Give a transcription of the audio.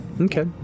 Okay